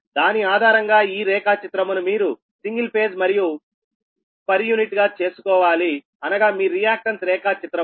దాని ఆధారంగా ఈ రేఖా చిత్రమును మీరు సింగిల్ ఫేజ్ పర్ యూనిట్ గా చేసుకోవాలి అనగా మీ రియాక్టన్స్ రేఖా చిత్రము